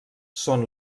són